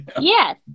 Yes